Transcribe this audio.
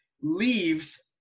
leaves